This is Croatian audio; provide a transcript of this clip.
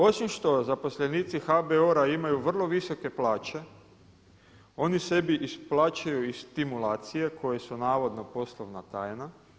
Osim što zaposlenici HBOR-a imaju vrlo visoke plaće, oni sebi isplaćuju i stimulacije koje su navodno poslovna tajna.